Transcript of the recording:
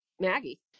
maggie